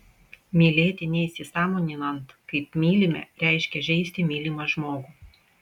mylėti neįsisąmoninant kaip mylime reiškia žeisti mylimą žmogų